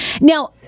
Now